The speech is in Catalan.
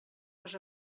les